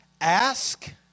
Ask